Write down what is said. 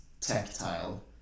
tactile